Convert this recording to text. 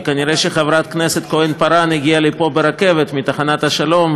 כי כנראה חברת הכנסת כהן-פארן הגיעה לפה ברכבת מתחנת "השלום",